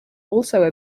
also